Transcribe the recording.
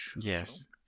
Yes